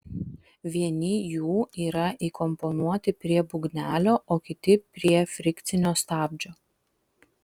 vieni jų yra įkomponuoti prie būgnelio o kiti prie frikcinio stabdžio